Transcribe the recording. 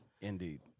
Indeed